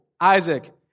Isaac